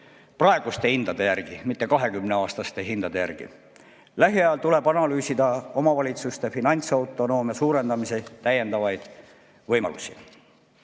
praeguste hindade järgi, mitte 20-aastaste hindade järgi. Lähiajal tuleb analüüsida omavalitsuste finantsautonoomia suurendamise täiendavaid võimalusi.